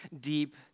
deep